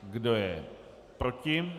Kdo je proti?